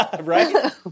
Right